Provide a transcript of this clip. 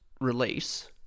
release